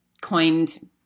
coined